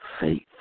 faith